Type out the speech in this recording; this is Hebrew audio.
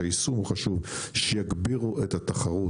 היישום הוא חשוב שיגבירו את התחרות,